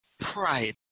pride